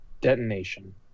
Detonation